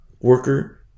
Worker